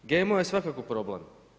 GMO je svakako problem.